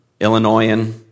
Illinoisan